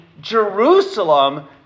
Jerusalem